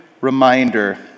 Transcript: reminder